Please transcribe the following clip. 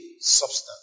substance